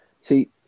See